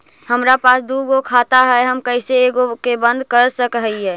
हमरा पास दु गो खाता हैं, हम कैसे एगो के बंद कर सक हिय?